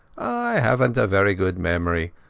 ai havenat a very good memory,